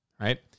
right